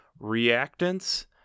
reactants